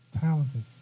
talented